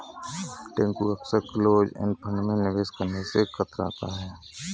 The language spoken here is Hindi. टिंकू अक्सर क्लोज एंड फंड में निवेश करने से कतराता है